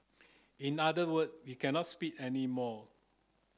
in other word we cannot speak anymore